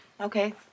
Okay